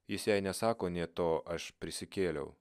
jis jai nesako nė to aš prisikėliau